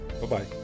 bye-bye